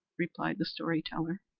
replied the story-teller.